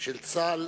של צה"ל.